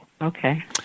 Okay